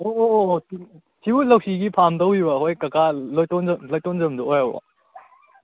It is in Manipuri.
ꯑꯣ ꯑꯣ ꯑꯣ ꯑꯣ ꯁꯤꯕꯨ ꯂꯧꯁꯤꯒꯤ ꯐꯥꯔꯝ ꯇꯧꯕꯤꯕ ꯑꯩꯈꯣꯏ ꯀꯀꯥ ꯂꯣꯏꯇꯣꯟꯖꯝ ꯂꯥꯏꯇꯣꯟꯖꯝꯗꯣ ꯑꯣꯏꯔꯕꯣ